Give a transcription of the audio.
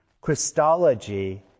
Christology